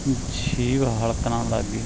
ਜੀਭ ਹਲਕ ਨਾਲ ਲੱਗ ਗਈ